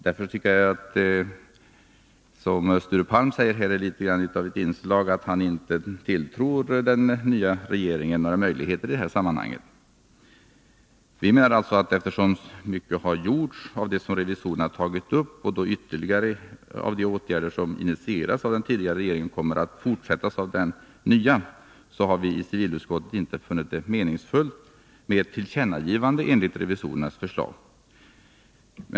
Därför tycker jag att det som Sture Palm här säger tyder på att han inte tilltror den nya regeringen några möjligheter i det här sammanhanget. Eftersom så mycket gjorts av det som revisorerna tagit upp och eftersom ytterligare några av de åtgärder som initierats av den tidigare regeringen kommer att fortsättas av den nya, har vii 107 civilutskottet inte funnit det meningsfullt med tillkännagivande enligt revisorernas förslag.